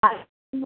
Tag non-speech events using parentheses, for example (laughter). (unintelligible)